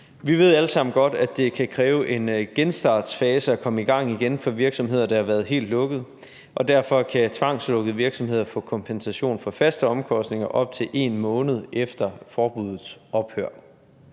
Vi ved alle sammen godt, at det kan kræve en genstartsfase at komme i gang igen for virksomheder, der har været helt lukket, og derfor kan tvangslukkede virksomheder få kompensation for faste omkostninger op til 1 måned efter forbuddets ophør.